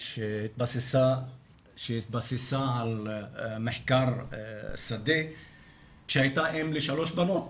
שהתבסס על מחקר שדה כשהייתה אם לשלוש בנות.